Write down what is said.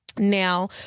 Now